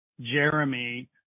Jeremy